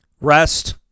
Rest